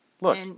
Look